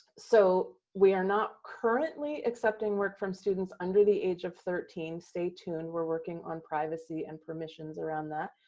so we are not currently accepting work from students under the age of thirteen. stay tuned, we're working on privacy and permissions around that.